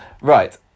right